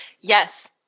Yes